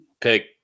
pick